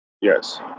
Yes